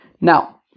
Now